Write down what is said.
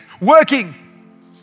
working